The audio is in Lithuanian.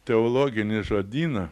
teologinį žodyną